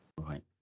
right